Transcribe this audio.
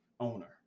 owner